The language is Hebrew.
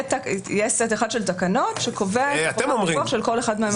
יהיה סט אחד של תקנות שקובע חובת דיווח של כל אחד.